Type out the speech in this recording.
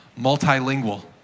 multilingual